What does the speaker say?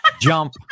jump